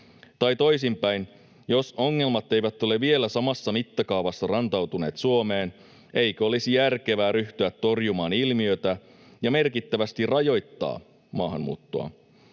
tai — toisinpäin — jos ongelmat eivät ole vielä samassa mittakaavassa rantautuneet Suomeen, eikö olisi järkevää ryhtyä torjumaan ilmiötä ja merkittävästi rajoittaa maahanmuuttoa?